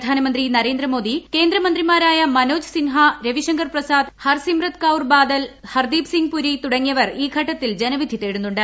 പ്രധാനമന്ത്രി നരേന്ദ്രമോദി കേന്ദ്രമന്ത്രിമാരായ മനോജ് സിൻഹ രവിശങ്കർ പ്രസാദ് ഹർസിമ്രത് കൌർബാദൽ ഹർദീപ് സിംഗ്പുരി തുടങ്ങിയവർ ഈ ഘട്ടത്തിൽ ജനവിധി തേടുന്നു ണ്ട്